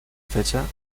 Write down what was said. fecha